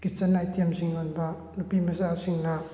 kitchen ꯑꯥꯏꯇꯦꯝꯁꯤꯡ ꯌꯣꯟꯕ ꯅꯨꯄꯤ ꯃꯆꯥꯁꯤꯡꯅ